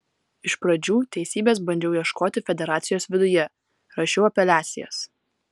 iš pradžių teisybės bandžiau ieškoti federacijos viduje rašiau apeliacijas